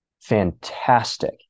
fantastic